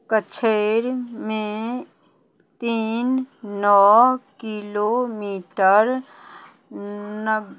कछैरमे तीन नओ किलोमीटर